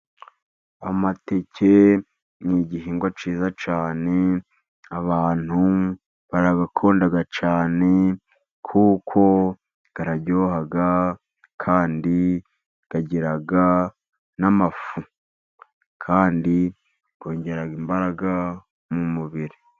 Amateke ni igihingwa cyiza cyane abantu barakunda cyane kuko aryoha, kandi agira n'amafu, kandi yongera imbaraga mu mubiri.